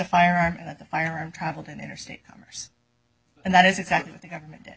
firearm and that the firearm traveled in interstate commerce and that is exactly what the government